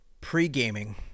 pre-gaming